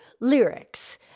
lyrics